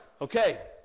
okay